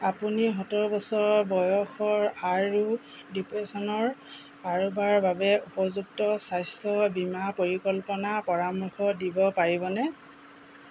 আপুনি সত্তৰ বছৰৰ বয়সৰ আৰু ডিপ্ৰেছনৰ কাৰোবাৰ বাবে উপযুক্ত স্বাস্থ্য বীমা পৰিকল্পনাৰ পৰামৰ্শ দিব পাৰিবনে